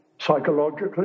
psychologically